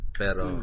pero